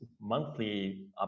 monthly